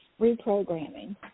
reprogramming